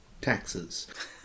taxes